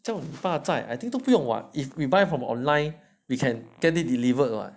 叫你爸载 I think 都不用 what if we buy from online we can get it delivered [what]